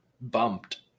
bumped